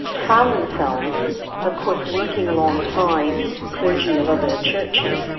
found themselves of course working alongside clergy of other churches,